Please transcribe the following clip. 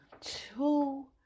two